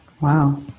Wow